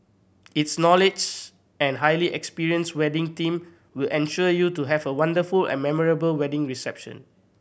its knowledge and highly experienced wedding team will ensure you to have a wonderful and memorable wedding reception